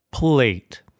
plate